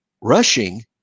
rushing